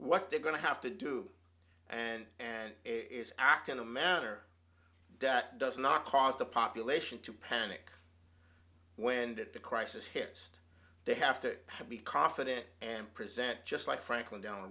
what they're going to have to do and and it's act in a manner that does not cause the population to panic wended the crisis hits they have to be confident and present just like franklin delano